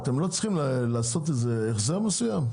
אתם לא צריכים לעשות החזר מסוים?